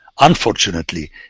unfortunately